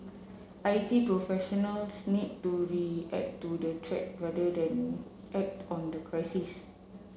I T professionals need to react to the threat rather than act on the crisis